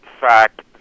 fact